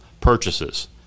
purchases